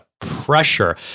pressure